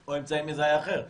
או אמצעי מזהה אחר.